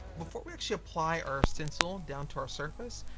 before we actually apply our stencil down to our surface,